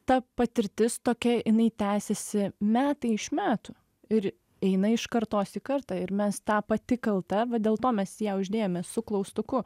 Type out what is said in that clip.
ta patirtis tokia jinai tęsiasi metai iš metų ir eina iš kartos į kartą ir mes tą pati kalta va dėl to mes ją uždėjome su klaustuku